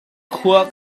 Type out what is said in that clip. khua